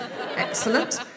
Excellent